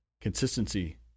consistency